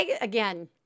again